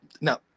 No